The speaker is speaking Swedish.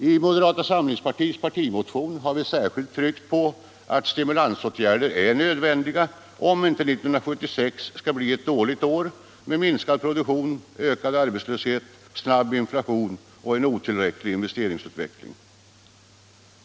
I moderata samlingspartiets partimotion har vi särskilt tryckt på att stimulansåtgärder är nödvändiga, om inte 1976 skall bli ett dåligt år med minskad produktion, ökad arbetslöshet, snabb inflation och en otillräcklig investeringsutveckling.